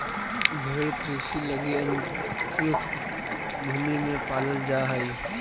भेंड़ कृषि लगी अनुपयुक्त भूमि में पालल जा हइ